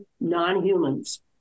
non-humans